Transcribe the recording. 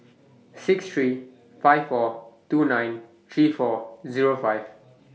six three five four two nine three four Zero five